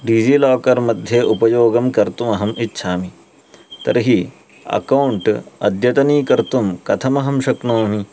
डीजीलाकर् मध्ये उपयोगं कर्तुम् अहम् इच्छामि तर्हि अकौण्ट् अद्यतनीकर्तुं कथमहं शक्नोमि